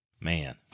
Man